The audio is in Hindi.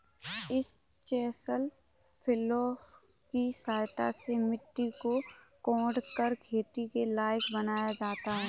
इस चेसल प्लॉफ् की सहायता से मिट्टी को कोड़कर खेती के लायक बनाया जाता है